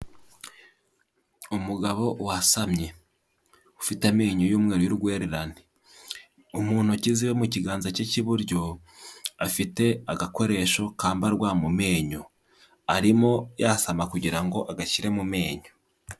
Umugabo wasamye. Ufite amenyo y'umweru y'urwererane. Mu ntoki ziwe mu kiganza cye cy'iburyo, afite agakoresho kambarwa mu menyo. Arimo yasama kugira ngo agashyire mu menyo.